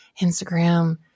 Instagram